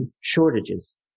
Shortages